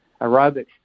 aerobic